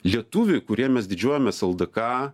lietuviai kurie mes didžiuojamės ldk